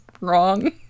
wrong